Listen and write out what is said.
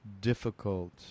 difficult